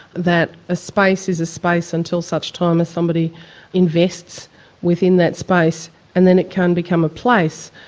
that a space is a space until such time as somebody invests within that space and then it can become a place.